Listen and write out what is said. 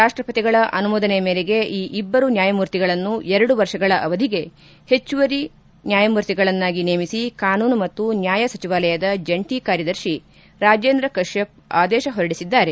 ರಾಷ್ಷಪತಿಗಳ ಅನುಮೋಧನೆ ಮೇರೆಗೆ ಈ ಇಬ್ಬರು ನ್ಯಾಯಮೂರ್ತಿಗಳನ್ನು ಎರಡು ವರ್ಷಗಳ ಅವಧಿಗೆ ಹೆಚ್ಚುವರಿ ನ್ಯಾಯಮೂರ್ತಿಗಳನ್ನಾಗಿ ನೇಮಿಸಿ ಕಾನೂನು ಮತ್ತು ನ್ಯಾಯ ಸಚಿವಾಲಯದ ಜಂಟಿ ಕಾರ್ಯದರ್ಶಿ ರಾಜೇಂದ್ರ ಕತ್ನಪ್ ಆದೇಶ ಹೊರಿಡಿಸಿದ್ದಾರೆ